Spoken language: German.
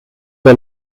der